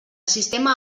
sistema